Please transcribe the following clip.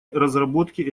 разработки